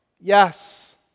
Yes